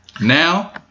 Now